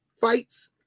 fights